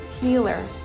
healer